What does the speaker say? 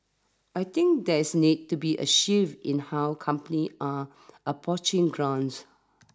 I think there is needs to be a shift in how companies are approaching grants